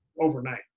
overnight